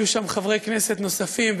היו שם חברי כנסת נוספים,